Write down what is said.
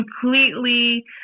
completely